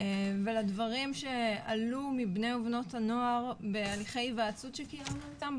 ולדברים שעלו מבני ובנות הנוער בהליכי היוועצות שקיימנו איתם,